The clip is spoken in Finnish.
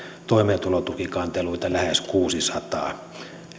toimeentulotukikanteluita lähes kuusisataa